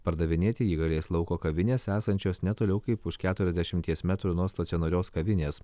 pardavinėti jį galės lauko kavinės esančios ne toliau kaip už keturiasdešimties metrų nuo stacionarios kavinės